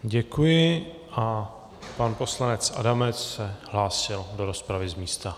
Děkuji a pan poslanec Adamec se hlásil do rozpravy z místa.